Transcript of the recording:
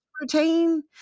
routine